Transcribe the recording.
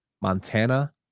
Montana